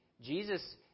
Jesus